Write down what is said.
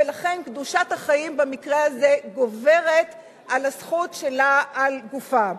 ולכן קדושת החיים במקרה הזה גוברת על הזכות שלה על גופה.